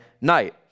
night